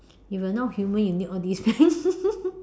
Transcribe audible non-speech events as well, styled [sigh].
if you're not human you need all this [laughs]